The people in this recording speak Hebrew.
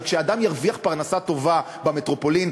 אבל אם אדם ירוויח פרנסה טובה במטרופולין,